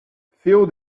fill